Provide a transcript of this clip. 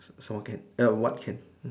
small can err what can